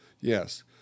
yes